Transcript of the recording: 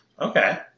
Okay